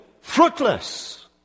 fruitless